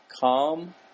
calm